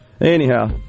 anyhow